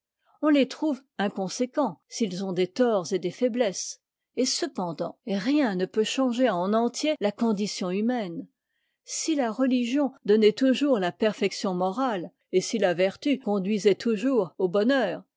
on les trouve inconséquents s'ils ont des torts et des faiblesses et cependant rien ne peut changer en entier la condition humaine si la religion donnait toujours la perfection morale et si la vertu conduisait toujours au bonheur